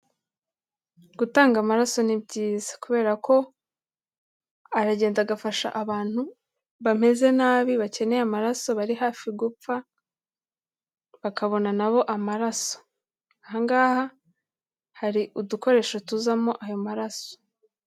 Gutanga amaraso ni byiza, kubera ko aragenda agafasha abantu bameze nabi bakeneye amaraso bari hafi gupfa, bakabona na bo amaraso, aha ngaha hari udukoresho tu tuzamo ayo maraso.